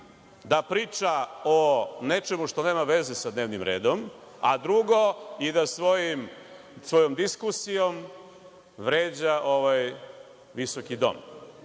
da priča o nečemu što nema veze sa dnevnim redom, a drugo i da svojom diskusijom vređa ovaj visoki